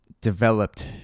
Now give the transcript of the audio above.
developed